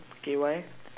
okay why